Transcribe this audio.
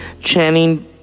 Channing